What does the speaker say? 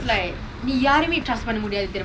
no no no no uh literally just like